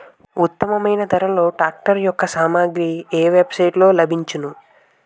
ఉత్తమమైన ధరలో ట్రాక్టర్ యెక్క సామాగ్రి ఏ వెబ్ సైట్ లో లభించును?